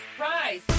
rise